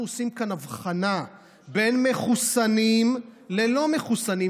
אנחנו עושים כאן הבחנה בין מחוסנים ללא מחוסנים,